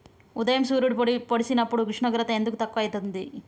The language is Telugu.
ఉదయం సూర్యుడు పొడిసినప్పుడు ఉష్ణోగ్రత ఎందుకు తక్కువ ఐతుంది?